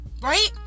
right